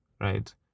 right